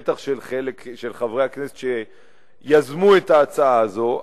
בטח של חברי הכנסת שיזמו את ההצעה הזאת,